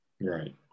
Right